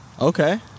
Okay